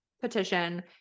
petition